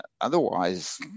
Otherwise